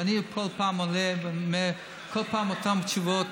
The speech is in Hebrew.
ואני כל פעם עולה ואומר את אותן התשובות,